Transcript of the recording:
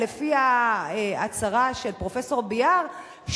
לפי ההצהרה של פרופסור ביאר,